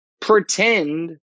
pretend